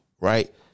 right